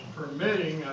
permitting